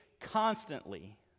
constantly